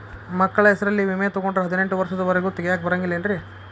ಮಕ್ಕಳ ಹೆಸರಲ್ಲಿ ವಿಮೆ ತೊಗೊಂಡ್ರ ಹದಿನೆಂಟು ವರ್ಷದ ಒರೆಗೂ ತೆಗಿಯಾಕ ಬರಂಗಿಲ್ಲೇನ್ರಿ?